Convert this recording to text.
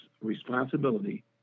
responsibility